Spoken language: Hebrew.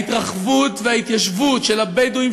ההתרחבות וההתיישבות של הבדואים,